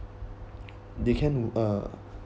they can uh